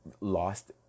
lost